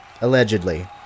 allegedly